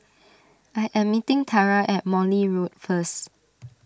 I am meeting Tara at Morley Road first